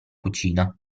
cucina